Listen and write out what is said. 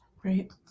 Great